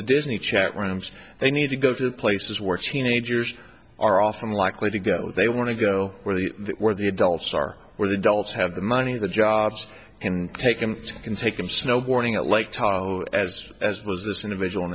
the disney chat rooms they need to go to the places where teenagers are often likely to go they want to go where the where the adults are where the dolls have the money the jobs and take them in take them snowboarding at lake tahoe as as was this individual in